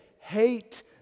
hate